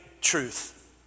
truth